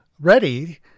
ready